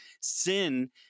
Sin